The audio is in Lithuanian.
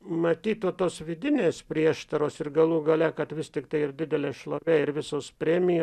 matyt to tos vidinės prieštaros ir galų gale kad vis tik tai ir didelė šlovė ir visos premijo